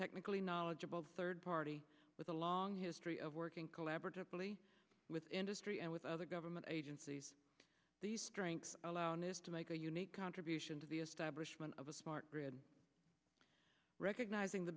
technically knowledgeable third party with a long history of working collaboratively with industry and with other government agencies the strength alone is to make a unique contribution to the establishment of a smart grid recognizing the